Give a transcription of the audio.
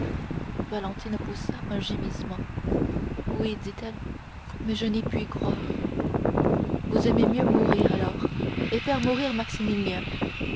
valentine poussa un gémissement oui dit-elle mais je n'y puis croire vous aimez mieux mourir alors et faire mourir maximilien